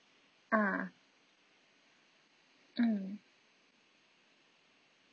ah mm